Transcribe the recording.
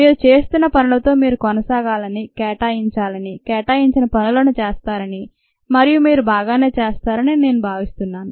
మీరు చేస్తున్న పనులతో మీరు కొనసాగాలని కేటాయించాలని కేటాయించిన పనులను చేస్తారని మరియు మీరు బాగానే చేస్తారని నేను భావిస్తున్నాను